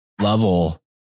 level